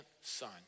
son